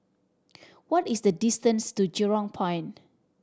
what is the distance to Jurong Point